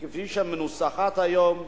כפי שמנוסחת היום,